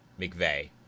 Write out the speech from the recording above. McVeigh